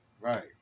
Right